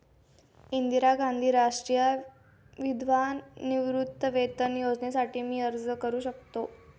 इंदिरा गांधी राष्ट्रीय विधवा निवृत्तीवेतन योजनेसाठी मी अर्ज करू शकतो?